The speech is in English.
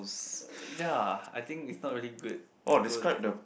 uh ya I think it's not really good to go that